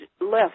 left